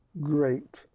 great